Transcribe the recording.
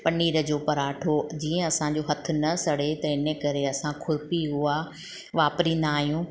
पनीर जो पराठो जीअं असांजो हथु न सड़े त हिन करे असां खुरपी उहा वापरींदा आहियूं